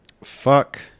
fuck